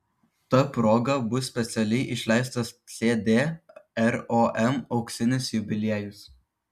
ta proga bus specialiai išleistas cd rom auksinis jubiliejus